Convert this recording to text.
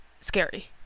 Scary